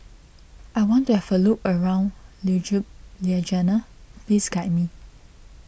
I want to have a look around Ljubljana please guide me